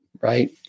right